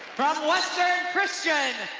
from western christian,